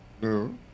No